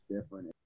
different